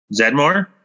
Zedmore